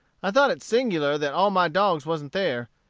i thought it singular that all my dogs wasn't there,